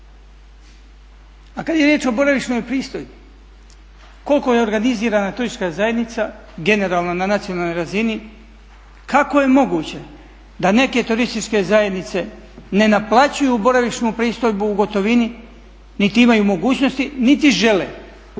A kada je riječ o boravišnoj pristojbi koliko je organizirana turistička zajednica, generalno na nacionalnoj razini kako je moguće da neke turističke zajednice ne naplaćuju boravišnu pristojbu u gotovini niti imaju mogućnosti, niti žele,